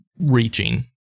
reaching